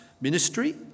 ministry